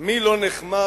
מי לא נחמץ